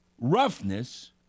roughness